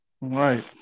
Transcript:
right